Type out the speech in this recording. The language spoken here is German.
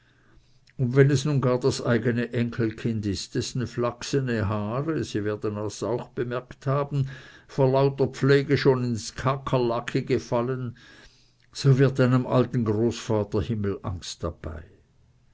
und wenn es nun gar das eigene enkelkind ist dessen flachsene haare sie werden es auch bemerkt haben vor lauter pflege schon halb ins kakerlakige fallen so wird einem alten großvater himmelangst dabei